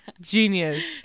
Genius